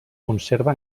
conserva